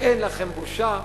אין לכם בושה?